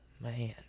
Man